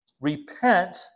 Repent